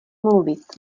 mluvit